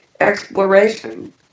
exploration